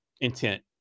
intent